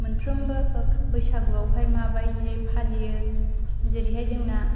मोनफ्रोमबो बैसागुआवहाय माबायदि फालियो जेरैहाय जोंना